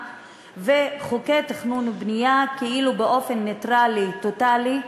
וחוקי התכנון והבנייה כאילו באופן נייטרלי טוטלי,